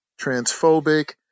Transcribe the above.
transphobic